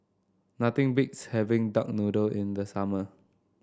nothing beats having Duck Noodle in the summer